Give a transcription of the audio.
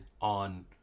on